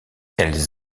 elles